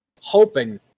hoping